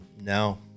no